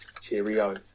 Cheerio